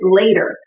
later